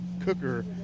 cooker